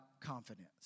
confidence